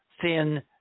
thin